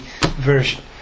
version